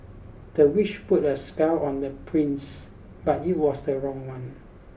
the witch put a spell on the prince but it was the wrong one